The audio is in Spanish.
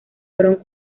fueron